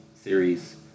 series